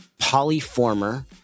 polyformer